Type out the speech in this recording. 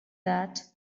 that